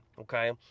okay